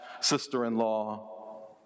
sister-in-law